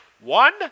one